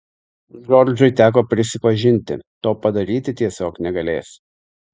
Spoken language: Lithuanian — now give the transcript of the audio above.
džordžai teko prisipažinti to padaryti tiesiog negalės